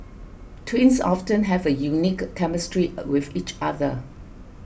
twins often have a unique chemistry with each other